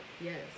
Yes